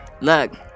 Look